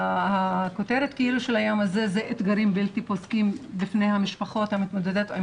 הכותרת היא אתגרים בלתי פוסקים בפני המשפחות המתמודדות עם